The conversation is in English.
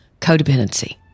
codependency